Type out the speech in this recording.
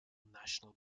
national